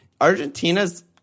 Argentina's